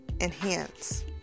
enhance